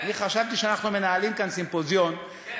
אני חשבתי שאנחנו מנהלים כאן סימפוזיון,